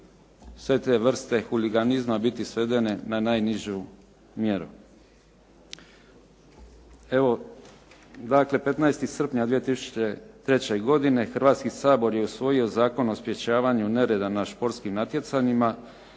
sve te vrste huliganizma biti svedene na najnižu mjeru. Evo, dakle 15. srpnja 2003. godine Hrvatski sabor je usvojio Zakon o sprečavanju nereda na športskim natjecanjima